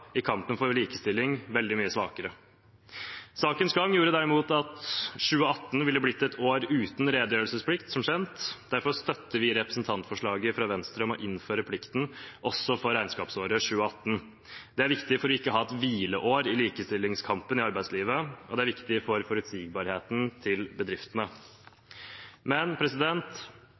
i kampen for likestilling veldig mye svakere. Sakens gang gjorde derimot at 2018 ville blitt et år uten redegjørelsesplikt, som kjent, og derfor støtter vi representantforslaget fra Venstre om å innføre plikten også for regnskapsåret 2018. Det er viktig for ikke å ha et hvileår i likestillingskampen i arbeidslivet, og det er viktig for forutsigbarheten for bedriftene. Men